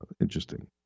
interesting